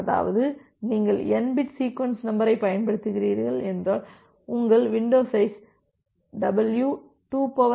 அதாவது நீங்கள் n bit sequence நம்பரைப் பயன்படுத்துகிறீர்கள் என்றால் உங்கள் வின்டோ சைஸ் w 2n 1க்கு சமமாக இருக்கும்